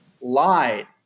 lied